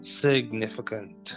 significant